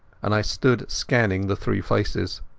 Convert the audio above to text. and i stood scanning the three faces.